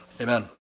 amen